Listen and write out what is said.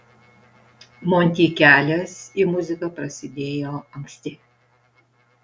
monty kelias į muziką prasidėjo anksti